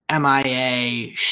mia